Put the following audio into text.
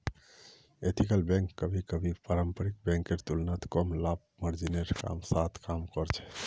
ethical bank कभी कभी पारंपरिक बैंकेर तुलनात कम लाभ मार्जिनेर साथ काम कर छेक